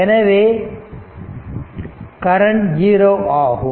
எனவே ஆகும் கரண்ட் 0 ஆகும்